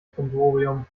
brimborium